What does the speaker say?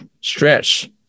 stretch